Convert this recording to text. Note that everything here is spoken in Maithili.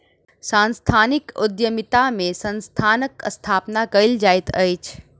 सांस्थानिक उद्यमिता में संस्थानक स्थापना कयल जाइत अछि